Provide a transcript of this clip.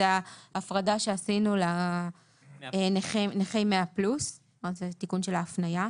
זו ההפרדה שעשינו לנכי 100+. זה תיקון של ההפניה.